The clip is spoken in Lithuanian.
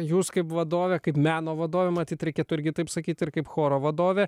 jūs kaip vadovė kaip meno vadovė matyt reikėtų irgi taip sakyti ir kaip choro vadovė